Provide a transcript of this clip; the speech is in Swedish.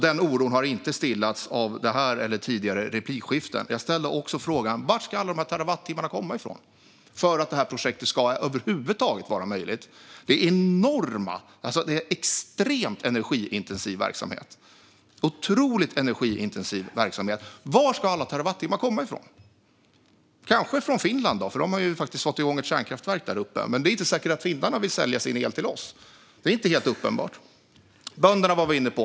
Den oron har inte stillats av vare sig det här replikskiftet eller tidigare replikskiften. Jag ställde också frågan: Varifrån ska alla de terawattimmar komma som behövs för att det här projektet över huvud taget ska vara möjligt? Det är fråga om enorma mängder energi. Det är en verksamhet som är extremt energiintensiv, otroligt energiintensiv. Varifrån ska alla terawattimmar komma? Kanske kan de komma från Finland, där man faktiskt har fått igång ett kärnkraftverk. Men det är inte säkert att finländarna vill sälja sin el till oss. Bönderna var vi inne på.